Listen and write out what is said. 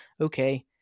okay